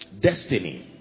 Destiny